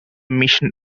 mission